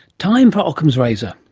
time for ockham's razor,